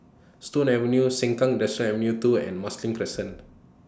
Stone Avenue Sengkang Industrial Avenue two and Marsiling Crescent